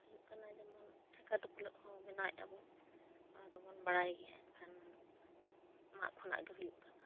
ᱦᱩᱭᱩᱜ ᱠᱟᱱᱟ ᱡᱮᱢᱚᱱ ᱴᱷᱮᱠᱟ ᱴᱩᱯᱞᱟᱹᱜ ᱦᱚᱸ ᱵᱮᱱᱟᱣᱟᱵᱚᱱ ᱟᱫᱚ ᱵᱚᱱ ᱵᱟᱲᱟᱭ ᱜᱮᱭᱟ ᱮᱱᱠᱷᱟᱱ ᱢᱟᱜ ᱠᱷᱚᱱᱟᱜ ᱜᱮ ᱦᱩᱭᱩᱜ ᱠᱟᱱᱟ